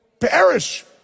Perish